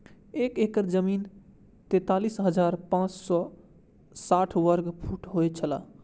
एक एकड़ जमीन तैंतालीस हजार पांच सौ साठ वर्ग फुट होय छला